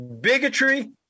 bigotry